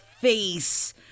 face